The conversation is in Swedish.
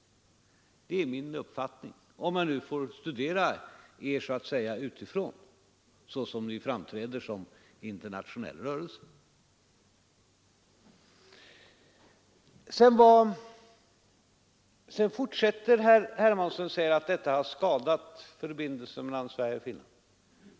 Det är min uppfattning, om jag nu får studera er så att säga utifrån såsom ni framträder som internationell rörelse. Herr Hermansson fortsätter att hävda att detta har skadat förbindelserna mellan Sverige och Finland.